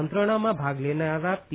મંત્રણામાં ભાગ લેનારા પી